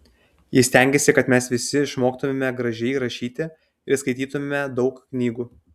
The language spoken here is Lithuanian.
ji stengėsi kad mes visi išmoktumėme gražiai rašyti ir skaitytumėme daug knygų